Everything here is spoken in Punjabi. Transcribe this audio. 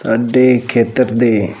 ਸਾਡੇ ਖੇਤਰ ਦੇ